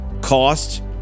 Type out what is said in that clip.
cost